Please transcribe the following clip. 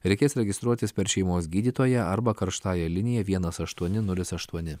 reikės registruotis per šeimos gydytoją arba karštąja linija vienas aštuoni nulis aštuoni